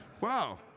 Wow